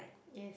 yes